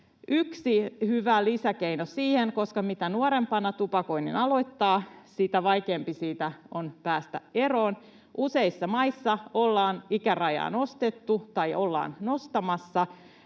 yksi hyvä lisäkeino siihen, koska mitä nuorempana tupakoinnin aloittaa, sitä vaikeampi siitä on päästä eroon. Useissa maissa ollaan ikärajaa nostettu tai ollaan nostamassa,